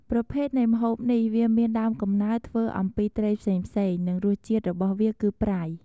ប្រភេទនៃម្ហូបនេះវាមានដើមកំណើតធ្វើអំពីត្រីផ្សេងៗ និងរសជាតិរបស់វាគឺប្រៃ។